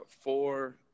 four